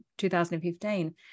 2015